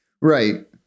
Right